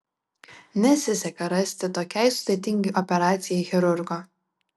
nesiseka rasti tokiai sudėtingai operacijai chirurgo